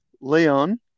Leon